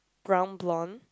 brown blonde